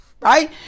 Right